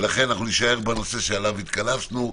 ולכן נישאר בנושא שעליו התכנסנו.